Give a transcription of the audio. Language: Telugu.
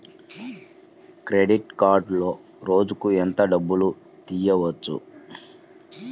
క్రెడిట్ కార్డులో రోజుకు ఎంత డబ్బులు తీయవచ్చు?